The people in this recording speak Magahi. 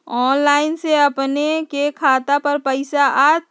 ऑनलाइन से अपने के खाता पर पैसा आ तई?